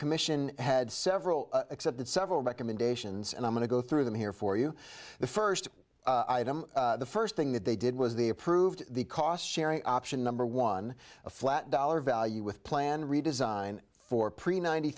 commission had several accepted several recommendations and i'm going to go through them here for you the first item the first thing that they did was they approved the cost sharing option number one a flat dollar value with plan redesign for pre ninety